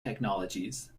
technologies